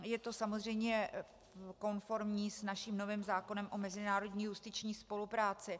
Je to samozřejmě konformní s naším novým zákonem o mezinárodní justiční spolupráci.